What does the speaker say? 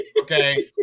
Okay